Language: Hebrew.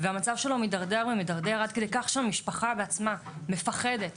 והמצב שלו מדרדר ומדרדר עד כדי כך שהמשפחה בעצמה מתה